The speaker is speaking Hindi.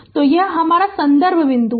तो यह हमारा संदर्भ बिंदु है